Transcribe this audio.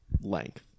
length